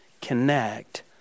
connect